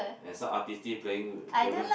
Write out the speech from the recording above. and some artiste playing don't know